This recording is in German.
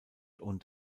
und